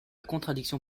contradiction